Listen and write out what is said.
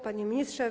Panie Ministrze!